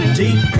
deep